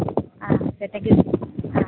ആ സെറ്റാക്കി ആ